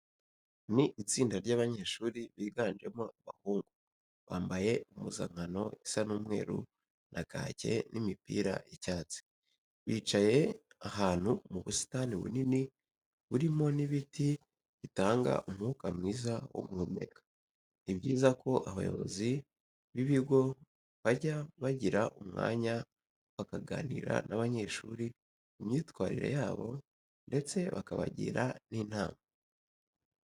Ni itsinda ry'abanyeshuri biganjemo abahungu, bambaye impuzankano isa umweru na kake n'imipira y'icyatsi. Bicaye ahantu mu busitani bunini burimo n'ibiti bitanga umwuka mwiza wo guhumeka. Ni byiza ko abayobozi b'ibigo bajya bagira umwanya bakaganira n'abanyeshuri ku myitwarire yabo ndetse bakabagira n'inama.